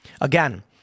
Again